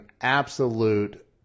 absolute